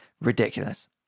ridiculous